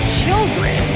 children